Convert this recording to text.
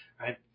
right